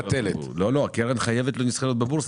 הקרן חייבת להיסחר בבורסה,